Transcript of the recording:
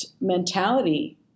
mentality